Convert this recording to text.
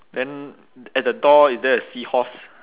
then at the door is there a seahorse